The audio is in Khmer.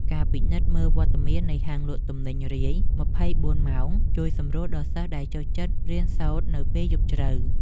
ការពិនិត្យមើលវត្តមាននៃហាងលក់ទំនិញរាយម្ភៃបួនម៉ោងជួយសម្រួលដល់សិស្សដែលចូលចិត្តរៀនសូត្រនៅពេលយប់ជ្រៅ។